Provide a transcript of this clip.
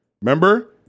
Remember